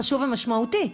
חשוב ומשמעותי,